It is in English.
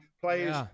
players